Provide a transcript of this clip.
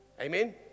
amen